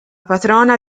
patrona